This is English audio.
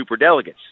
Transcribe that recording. superdelegates